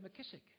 McKissick